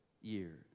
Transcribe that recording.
years